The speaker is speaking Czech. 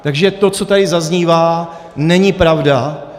Takže to, co tady zaznívá, není pravda.